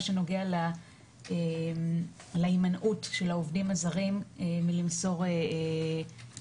שנוגע להימנעות של העובדים הזרים מלמסור תלונות.